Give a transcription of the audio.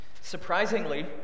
Surprisingly